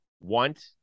want